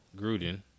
Gruden